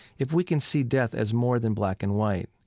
if we can see death as more than black and white,